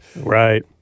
Right